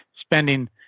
spending –